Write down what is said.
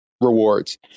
rewards